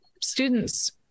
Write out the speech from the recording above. students